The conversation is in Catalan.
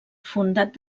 fundat